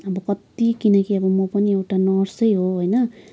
अब कति किनकि अब म पनि एउटा नर्सै हो होइन